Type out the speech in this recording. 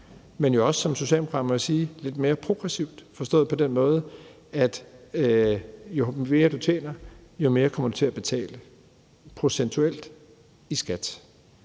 må jeg også sige, at det bliver lidt mere progressivt, forstået på den måde, at jo mere, du tjener, jo mere kommer du til at betale procentuelt i skat.